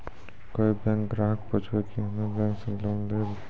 कोई बैंक ग्राहक पुछेब की हम्मे बैंक से लोन लेबऽ?